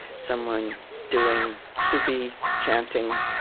someone doing sufi chanting.